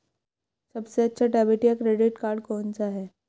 सबसे अच्छा डेबिट या क्रेडिट कार्ड कौन सा है?